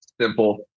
simple